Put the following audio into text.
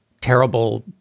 terrible